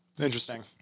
Interesting